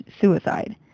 suicide